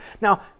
Now